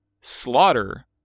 Slaughter